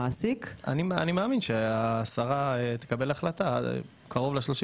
אני מאמין שהשרה תקבל החלטה קרוב ל-30